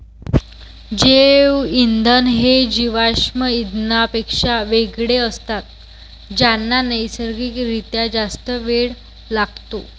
जैवइंधन हे जीवाश्म इंधनांपेक्षा वेगळे असतात ज्यांना नैसर्गिक रित्या जास्त वेळ लागतो